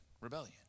rebellion